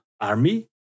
army